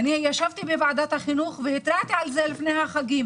אני ישבתי בוועדת החינוך והתרעתי על זה לפני החגים,